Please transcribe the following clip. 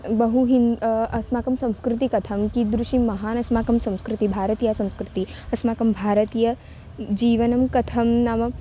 बहु हिन् अस्माकं संस्कृतिः कथं कीदृशी महती अस्माकं संस्कृतिः भारतीयसंस्कृतिः अस्माकं भारतीयजीवनं कथं नाम